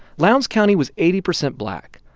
lowndes county was eighty percent black.